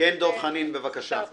כן, דב חנין, בבקשה.